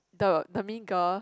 the the mean girl